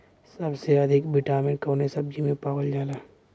सबसे अधिक विटामिन कवने सब्जी में पावल जाला?